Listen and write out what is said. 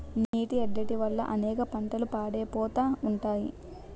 నీటి ఎద్దడి వల్ల అనేక పంటలు పాడైపోతా ఉంటాయి